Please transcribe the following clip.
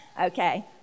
okay